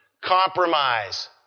compromise